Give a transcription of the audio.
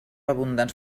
abundants